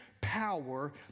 power